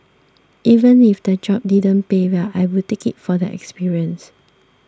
even if the job didn't pay well I would take it for the experience